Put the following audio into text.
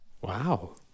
Wow